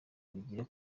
bigiye